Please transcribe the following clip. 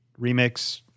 remix